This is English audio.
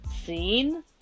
seen